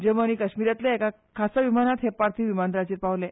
जम्मू आनी काश्मीरातल्या एका खासा विमानात हे पार्थिव विमानतळार पावले